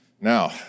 Now